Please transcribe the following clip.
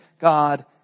God